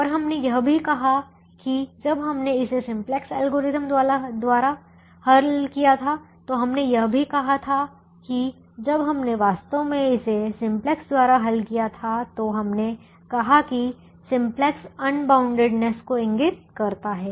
और हमने यह भी कहा कि जब हमने इसे सिम्प्लेक्स एल्गोरिथ्म द्वारा हल किया था तो हमने यह भी कहा कि जब हमने वास्तव में इसे सिम्प्लेक्स द्वारा हल किया था तो हमने कहा कि सिम्प्लेक्स अनबाउंडेडनेस को इंगित करता है